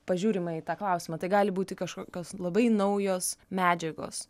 pažiūrima į tą klausimą tai gali būti kažkokios labai naujos medžiagos